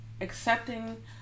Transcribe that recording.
accepting